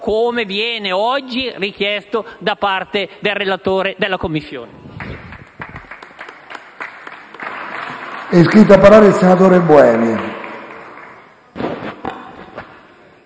come viene oggi richiesto da parte del relatore della Commissione.